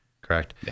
correct